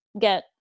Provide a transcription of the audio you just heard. get